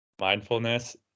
mindfulness